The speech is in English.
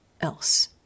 else